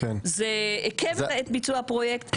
זה עיכב את ביצוע הפרויקט,